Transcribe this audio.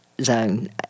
Zone